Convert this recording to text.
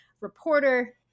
reporter